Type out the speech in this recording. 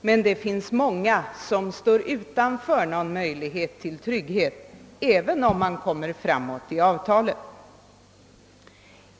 Men det finns många som står utanför möjlighet till trygghet även om de omfattas av gällande avtal.